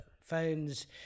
phones